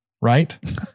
right